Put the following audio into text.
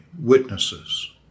witnesses